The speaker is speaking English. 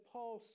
Paul